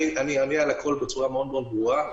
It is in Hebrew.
אענה על הכול בצורה מאוד מאוד ברורה.